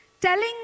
telling